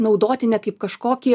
naudoti ne kaip kažkokį